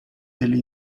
delle